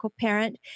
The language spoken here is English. parent